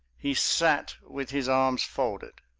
he sat with his arms folded.